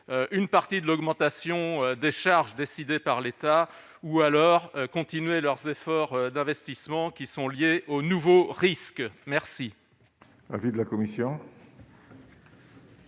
une partie de l'augmentation des charges décidées par l'État ou alors continuer leurs efforts d'investissement qui sont liés aux nouveaux risques, merci.